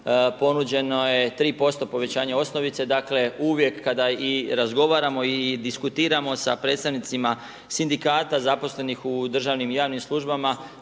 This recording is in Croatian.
ponuđeno je 3% povećanje osnovice. Dakle, uvijek kada i razgovaramo i diskutiramo sa predstavnicima sindikata zaposlenih u državnim i javnim službama,